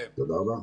תודה רבה.